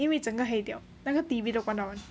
因为整个黑掉那个 T_V 都关到完